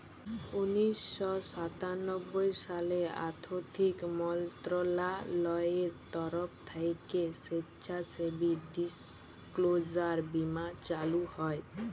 উনিশ শ সাতানব্বই সালে আথ্থিক মলত্রলালয়ের তরফ থ্যাইকে স্বেচ্ছাসেবী ডিসক্লোজার বীমা চালু হয়